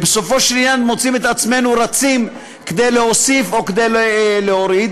ובסופו של עניין מוצאים את עצמנו רצים כדי להוסיף או כדי להוריד,